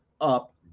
up